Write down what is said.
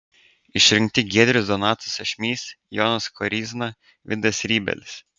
išrinkti giedrius donatas ašmys jonas koryzna vidas rybelis